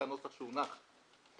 זה הנוסח שהונח פה.